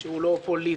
דיון שהוא לא פוליטי,